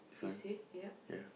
this one yeah